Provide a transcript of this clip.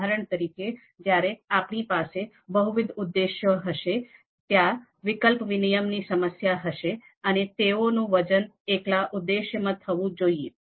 ઉદાહરણ તરીકે જ્યારે આપણી પાસે બહુવિધ ઉદ્દેશો હશે ત્યાં વિકલ્પ વિનિમય ની સમસ્યા હશે અને તેઓનું વજન એકલ ઉદ્દેશ્યમાં થવું જોઈએ